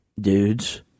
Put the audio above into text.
dudes